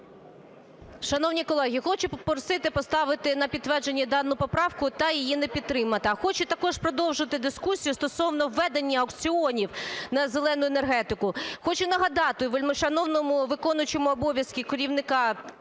Шановні колеги, хочу попросити поставити на підтвердження дану поправку та її не підтримати. Хочу також продовжити дискусію стосовно введення аукціонів на "зелену" енергетику. Хочу нагадати вельмишановному виконуючому обов'язки керівника